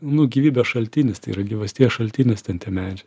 nu gyvybės šaltinis tai yra gyvasties šaltinis ten tie medžiai